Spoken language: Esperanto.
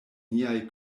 niaj